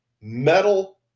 metal